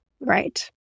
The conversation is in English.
right